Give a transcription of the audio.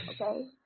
Okay